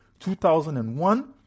2001